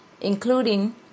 including